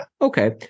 Okay